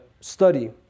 study